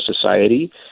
society